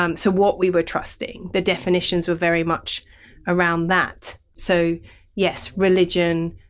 um so what we were trusting the definitions were very much around that. so yes, religion,